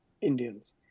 Indians